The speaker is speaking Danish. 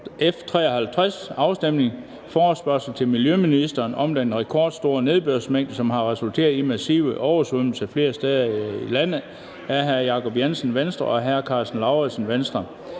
F 53 [afstemning]: Forespørgsel til miljøministeren om den rekordstore nedbørsmængde, som har resulteret i massive oversvømmelser flere steder i landet. Af Jacob Jensen (V) og Karsten Lauritzen (V).